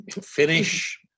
finish